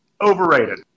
Overrated